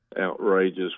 outrageous